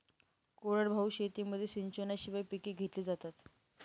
कोरडवाहू शेतीमध्ये सिंचनाशिवाय पिके घेतली जातात